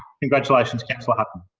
congratulations councillor hutton.